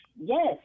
Yes